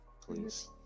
please